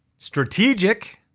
strategic,